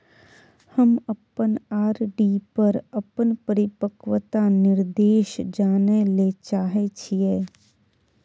हम अपन आर.डी पर अपन परिपक्वता निर्देश जानय ले चाहय छियै